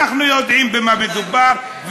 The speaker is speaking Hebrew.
אנחנו יודעים במה מדובר,